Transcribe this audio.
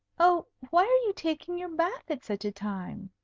oh why are you taking your bath at such a time?